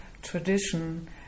Tradition